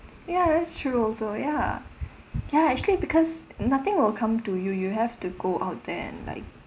ya that's true also ya ya actually because nothing will come to you you have to go out there and like